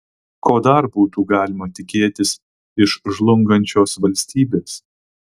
ko dar būtų galima tikėtis iš žlungančios valstybės